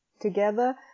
together